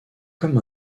comme